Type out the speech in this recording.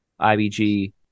IBG